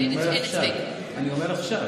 אני אומר עכשיו.